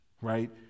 right